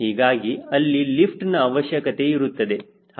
ಹೀಗಾಗಿ ಅಲ್ಲಿ ಲಿಫ್ಟ್ ನ ಅವಶ್ಯಕತೆ ಇರುತ್ತದೆ